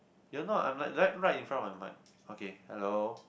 you know I'm like right right in front of my mic okay hello